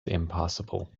impassable